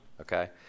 okay